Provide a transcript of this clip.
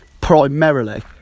primarily